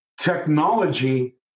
technology